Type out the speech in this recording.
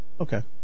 Okay